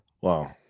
Wow